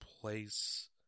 place